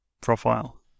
profile